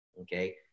Okay